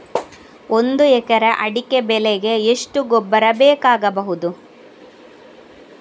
ಒಂದು ಎಕರೆ ಅಡಿಕೆ ಬೆಳೆಗೆ ಎಷ್ಟು ಗೊಬ್ಬರ ಬೇಕಾಗಬಹುದು?